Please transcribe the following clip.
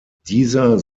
dieser